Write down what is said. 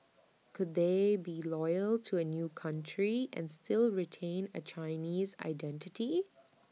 could they be loyal to A new country and still retain A Chinese identity